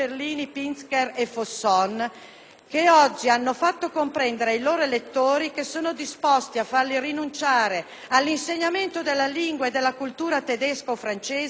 che oggi hanno fatto comprendere ai loro elettori che sono disposti a farli rinunciare all'insegnamento della lingua e della cultura tedesca o francese nelle scuole dei loro territori,